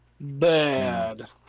Bad